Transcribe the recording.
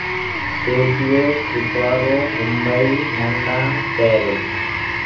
Tokyo Chicago Mumbai London Paris